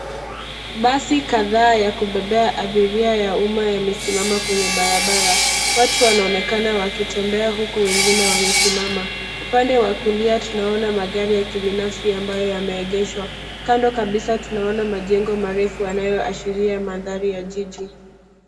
Basi kadhaa ya kubebea abiria ya umma yamesimama kwenye barabara. Watu wanaonekana wakitembea huku wengine wamesimama. Upande wa kulia tunaona magari ya kibinafsi ambayo yameegeshwa. Kando kabisa tunaona majengo marefu yanayooashiria mandhari ya jiji.